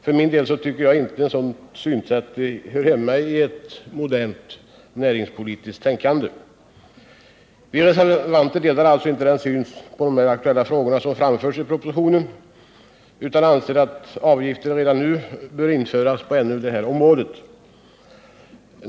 För min del tycker jag inte att ett sådant synsätt hör hemma i ett modernt näringspolitiskt tänkande. Vi reservanter delar alltså inte den syn på de aktuella frågorna som framförs i propositionen utan anser att avgifterna redan nu bör införas även på det här området.